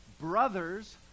brothers